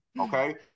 Okay